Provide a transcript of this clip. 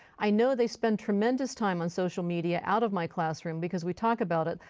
i know they spend tremendous time on social media out of my classroom because we talk about it,